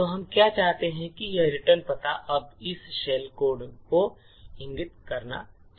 तो हम क्या चाहते हैं यह रिटर्न पता अब इस शेल कोड को इंगित करना चाहिए